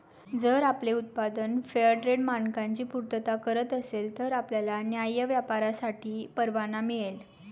जर आपले उत्पादन फेअरट्रेड मानकांची पूर्तता करत असेल तर आपल्याला न्याय्य व्यापारासाठी परवाना मिळेल